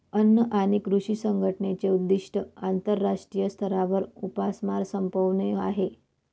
अन्न आणि कृषी संघटनेचे उद्दिष्ट आंतरराष्ट्रीय स्तरावर उपासमार संपवणे आहे